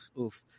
oof